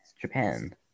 Japan